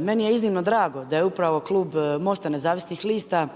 Meni je iznimno drago da je upravo klub MOST-a nezavisnih lista